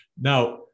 Now